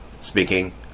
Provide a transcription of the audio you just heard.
speaking